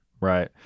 Right